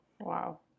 wow